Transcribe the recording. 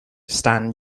stan